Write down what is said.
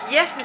Yes